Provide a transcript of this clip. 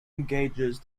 engages